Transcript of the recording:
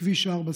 בכביש 4,